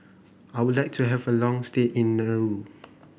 I would like to have a long stay in Nauru